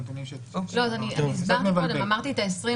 גבי התקנות את הדברים שצריך לעשות בשינוי החקיקה,